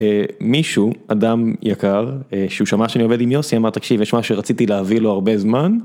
מישהו אדם יקר שהוא שמע שאני עובד עם יוסי אמר תקשיב יש משהו שרציתי להביא לו הרבה זמן...